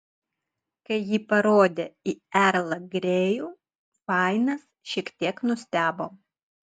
kai ji parodė į erlą grėjų fainas šiek tiek nustebo